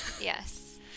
Yes